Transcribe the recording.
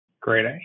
Great